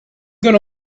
going